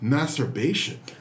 Masturbation